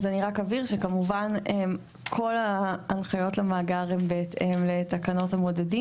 אז אני רק אבהיר שכמובן כל ההנחיות למאגר הם בהתאם לתקנות המודדים